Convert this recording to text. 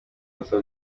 busa